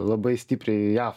labai stipriai jav